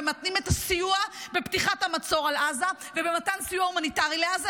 מתנים את הסיוע בפתיחת המצור על עזה ובמתן סיוע הומניטרי לעזה.